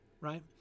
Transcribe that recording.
right